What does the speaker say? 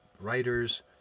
writers